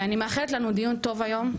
ואני מאחלת לנו דיון טוב היום,